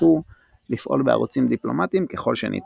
שאפו לפעול בערוצים דיפלומטיים ככל שניתן.